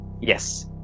yes